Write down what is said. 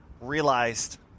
realized